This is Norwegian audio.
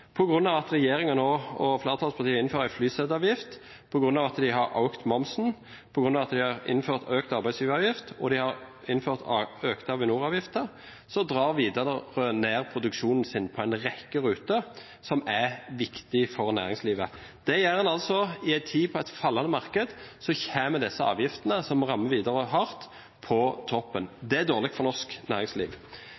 og flertallspartiene innfører en flyseteavgift, på grunn av at de har økt momsen, på grunn av at de har innført økt arbeidsgiveravgift, og de har innført økte Avinor-avgifter, drar Widerøe ned produksjonen sin på en rekke ruter som er viktige for næringslivet. Det gjør en altså i en tid med et fallende marked. Så kommer disse avgiftene som rammer Widerøe hardt, på toppen. Det er dårlig for norsk næringsliv.